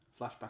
flashback